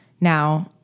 Now